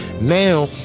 Now